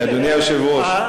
אדוני היושב-ראש,